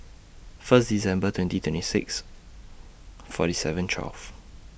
First December twenty twenty six forty seven twelve